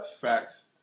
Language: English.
Facts